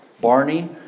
Barney